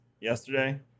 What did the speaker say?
yesterday